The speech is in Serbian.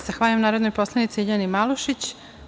Zahvaljujem narodnoj poslanici Ljiljani Malušić.